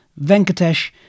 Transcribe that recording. Venkatesh